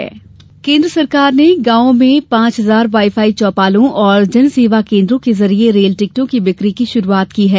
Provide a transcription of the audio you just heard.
जनसेवा केन्द्र केन्द्र सरकार ने गांवों में पांच हजार वाईफाई चौपालों और जनसेवा केन्द्रों के जरिए रेल टिकटों की बिक्री की शुरूआत की है